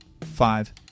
five